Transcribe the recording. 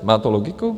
Má to logiku?